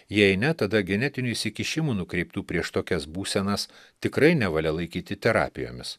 jei ne tada genetinių įsikišimų nukreiptų prieš tokias būsenas tikrai nevalia laikyti terapijomis